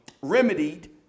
remedied